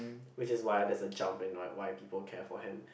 which is why there's a jump and like why people care for him